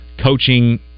coaching